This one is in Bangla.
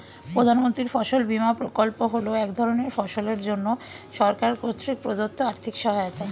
প্রধানমন্ত্রীর ফসল বিমা প্রকল্প হল এক ধরনের ফসলের জন্য সরকার কর্তৃক প্রদত্ত আর্থিক সহায়তা